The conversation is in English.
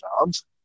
jobs